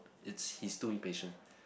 it's he's too impatient